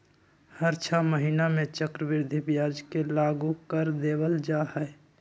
हर छ महीना में चक्रवृद्धि ब्याज के लागू कर देवल जा हई